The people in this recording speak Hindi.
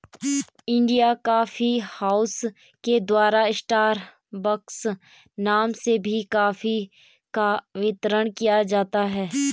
इंडिया कॉफी हाउस के द्वारा स्टारबक्स नाम से भी कॉफी का वितरण किया जाता है